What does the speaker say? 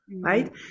Right